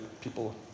people